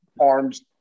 arms